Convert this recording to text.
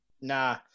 Nah